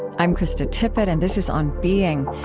i'm krista tippett, and this is on being.